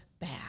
bad